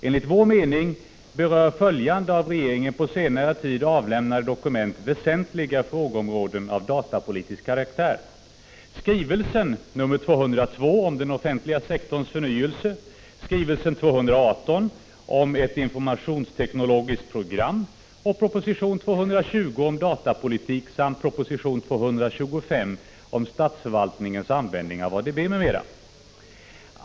Enligt vår mening berör följande av regeringen på senare tid avlämnade dokument väsentliga frågeområden av datapolitisk karaktär: skrivelsen nr 202 om den offentliga sektorns förnyelse, skrivelsen nr 218 om ett informationsteknologiskt program och propositionen nr 220 om datapolitik samt propositionen 225 om statsförvaltningens användning av ADB m.m.